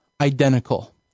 identical